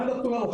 מה נתנו לנו,